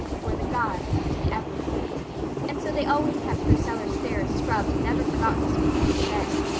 for the gods see everywhere and so they always kept their cellar stairs scrubbed and never forgot to sweep under the beds.